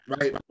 right